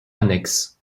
annexe